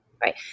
right